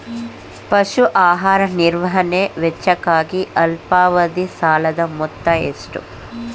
ಪಶು ಆಹಾರ ನಿರ್ವಹಣೆ ವೆಚ್ಚಕ್ಕಾಗಿ ಅಲ್ಪಾವಧಿ ಸಾಲದ ಮೊತ್ತ ಎಷ್ಟು?